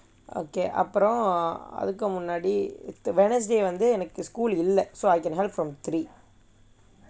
okay அப்புறம் அதற்கு முன்னாடி:appuram atharkku munnaadi wednesday வந்து எனக்கு:vanthu enakku school இல்லை:illai so I can help from three